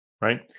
right